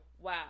wow